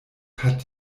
hat